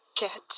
Get